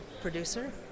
producer